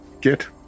get